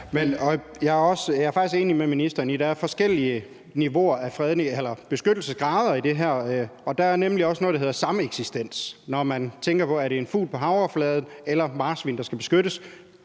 Jeg er faktisk enig med ministeren i, at der er forskellige niveauer af beskyttelse, grader, i det her, og der er nemlig også noget, der hedder sameksistens, når man tænker på, om det er en fugl på havoverfladen eller et marsvin, der skal beskyttes;